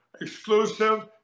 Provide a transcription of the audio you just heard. exclusive